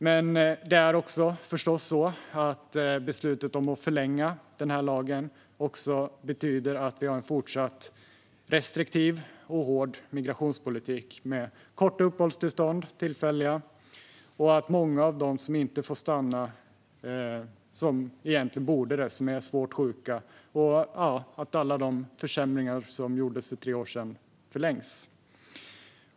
Men beslutet om att förlänga denna lag betyder förstås också att vi har en fortsatt restriktiv och hård migrationspolitik med korta och tillfälliga uppehållstillstånd och att många av dem som inte får stanna och som är svårt sjuka egentligen borde få stanna. Det betyder alltså att alla de försämringar som gjordes för tre år sedan förlängs.